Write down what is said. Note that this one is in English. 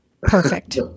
Perfect